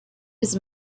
his